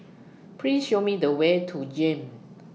Please Show Me The Way to Jem